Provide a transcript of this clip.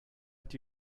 did